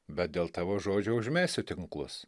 bet dėl tavo žodžio užmesiu tinklus